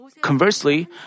Conversely